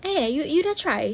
eh you you don't try